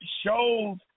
shows